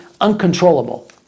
uncontrollable